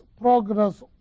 progress